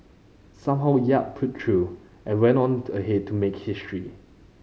somehow Yap pulled through and went on ahead to make history